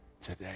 today